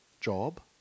job